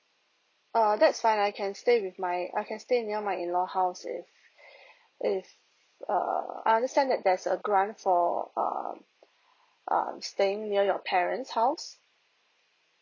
err that's fine I can stay with my I can stay near my in law house if if err I understand that there's a grant for um um staying near your parents house